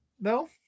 no